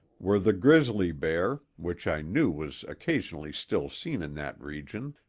were the grizzly bear, which i knew was occasionally still seen in that region,